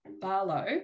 Barlow